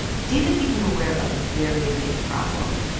david became aware of a very big problem.